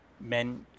Men –